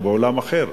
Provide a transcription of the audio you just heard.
בעולם אחר.